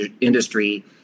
industry